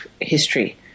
history